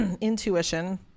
intuition